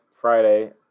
Friday